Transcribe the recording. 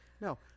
no